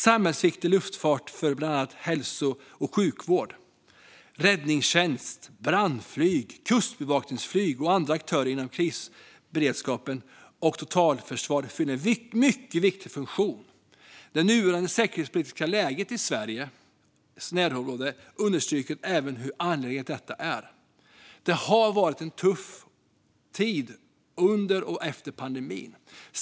Samhällsviktig luftfart för bland annat hälso och sjukvård, räddningstjänst, brandflyg, kustbevakningsflyg och andra aktörer inom krisberedskapen och totalförsvaret fyller en mycket viktig funktion. Även det nuvarande säkerhetspolitiska läget i Sveriges närområde understryker hur angeläget detta är. Det har varit en tuff tid under och efter pandemin.